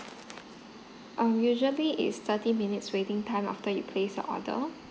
um usually it's thirty minutes waiting time after you place your order